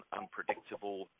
unpredictable